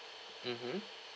mmhmm